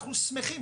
אנחנו שמחים,